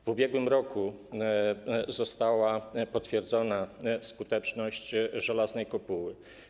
W ubiegłym roku została potwierdzona skuteczność Żelaznej Kopuły.